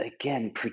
again